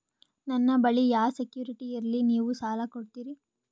ನನ್ನ ಬಳಿ ಯಾ ಸೆಕ್ಯುರಿಟಿ ಇಲ್ರಿ ನೀವು ಸಾಲ ಕೊಡ್ತೀರಿ?